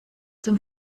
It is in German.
dem